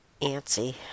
antsy